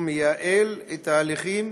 הוא מייעל את ההליכים